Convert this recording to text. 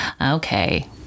okay